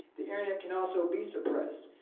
the internet can also be suppressed.